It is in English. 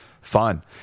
fun